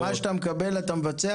מה שאתה מקבל אתה מבצע?